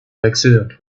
accidents